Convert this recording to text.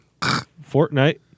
Fortnite